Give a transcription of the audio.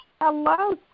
Hello